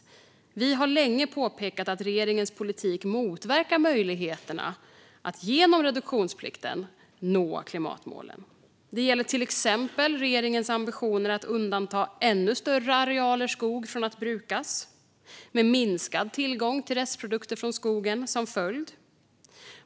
Vi har länge påpekat att regeringens politik motverkar möjligheterna att genom reduktionsplikten nå klimatmålen. Det gäller till exempel regeringens ambitioner att undanta ännu större arealer skog från att brukas med minskad tillgång till restprodukter från skogen som följd.